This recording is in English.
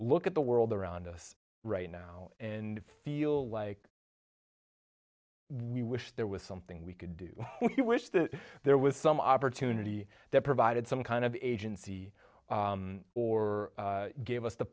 look at the world around us right now and feel like we wish there was something we could do you wish that there was some opportunity that provided some kind of agency or gave us the